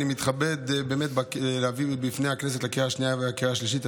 אני מתכבד באמת להביא בפני הכנסת לקריאה השנייה ולקריאה השלישית את